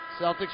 Celtics